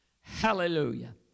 Hallelujah